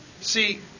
see